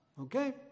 Okay